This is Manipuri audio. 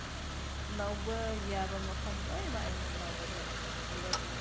ꯂꯧꯕ ꯌꯥꯕ ꯃꯐꯝ ꯂꯣꯏꯅꯃꯛ ꯑꯩꯅ ꯂꯧꯔꯒ ꯄꯨꯔꯒ